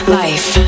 life